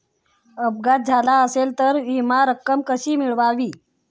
अपघात झाला असेल तर विमा रक्कम कशी मिळवावी?